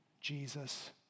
Jesus